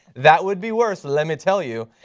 that would be worse, let me tell you.